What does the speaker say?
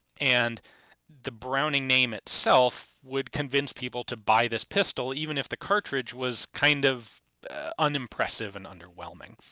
and the browning name itself would convince people to buy this pistol even if the cartridge was kind of unimpressive and underwhelming.